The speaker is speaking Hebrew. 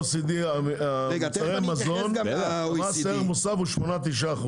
ב-OECD במוצרי המזון מס ערך מוסף הוא 9%-8%.